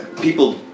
people